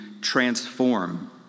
transform